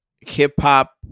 hip-hop